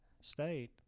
State